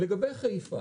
לגבי חיפה